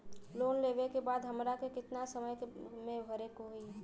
Loan लेवे के बाद हमरा के कितना समय मे भरे के होई?